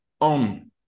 on